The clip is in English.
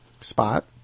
spot